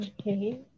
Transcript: Okay